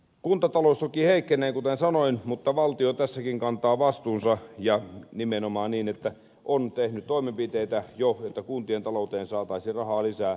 kuntatalous toki heikkenee kuten sanoin mutta valtio tässäkin kantaa vastuunsa ja nimenomaan niin että on tehnyt toimenpiteitä jo niin että kuntien talouteen saataisiin rahaa lisää